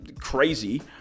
crazy